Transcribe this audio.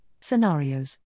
scenarios